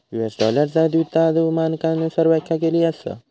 US डॉलरचा द्विधातु मानकांनुसार व्याख्या केली असा